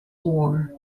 war